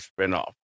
spinoff